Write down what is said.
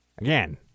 Again